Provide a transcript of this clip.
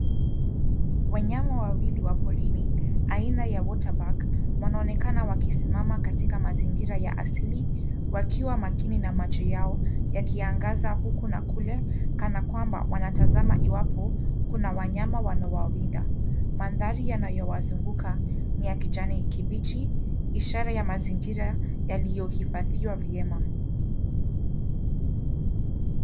Wanyama wawili wa porini aina ya Waterback wanonekana wakizimama katika mazingira ya asili, wakiwa makini na macho yao, yakiangaza huku na kule, kana kwamba wanatazama iwapo kuna wanyama wanawawinda. Mandhari yanayowazunguka ni ya kijani kibichi, ishara ya mazingira yaliyohifadhiwa vyema.